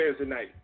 tonight